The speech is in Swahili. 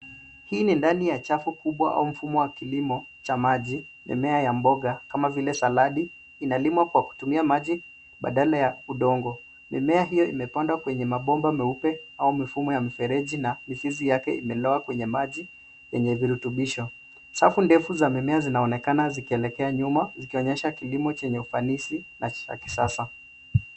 Hii ni ndani ya chafu kubwa au mfumo wa kilimo cha maji. Mimea ya mboga kama vile saladi inalimwa kwa kutumia maji badala ya udongo. Mimea hiyo imepandwa kwenye mabomba meupe au mifumo ya mfereji na mizizi yake imelowa kwenye maji yenye virutubisho. Safu ndefu za mimea zinaonekana zikielekea nyuma zikionyesha kilimo chenye ufanisi na cha kisasa.